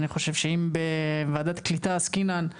אני חושב שאם בוועדת קליטה עסקינן,